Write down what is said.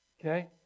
Okay